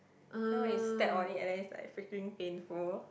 you know when you step on it and then it's like freaking painful